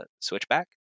Switchback